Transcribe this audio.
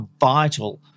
vital